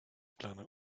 planet